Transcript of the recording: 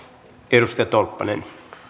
arvoisa